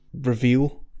reveal